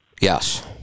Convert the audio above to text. Yes